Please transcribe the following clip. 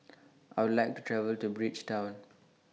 I Would like to travel to Bridgetown